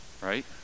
Right